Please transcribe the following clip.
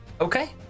Okay